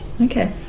Okay